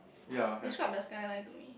describe the skyline to me